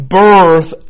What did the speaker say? birth